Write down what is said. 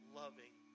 loving